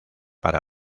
para